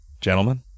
gentlemen